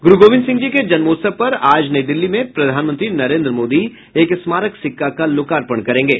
गुरु गोविंद सिंह जी के जन्मोत्सव पर आज नई दिल्ली में प्रधानमंत्री नरेन्द्र मोदी एक स्मारक सिक्का का लोकार्पण करेंगे